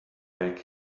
back